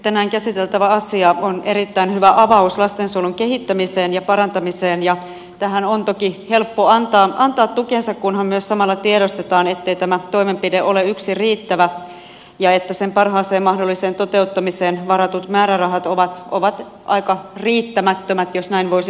tänään käsiteltävä asia on erittäin hyvä avaus lastensuojelun kehittämiseen ja parantamiseen ja tähän on toki helppo antaa tukensa kunhan myös samalla tiedostetaan ettei tämä toimenpide ole yksin riittävä ja että sen parhaaseen mahdolliseen toteuttamiseen varatut määrärahat ovat aika riittämättömät jos näin voisi sanoa